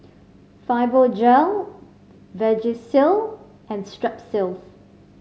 Fibogel Vagisil and Strepsils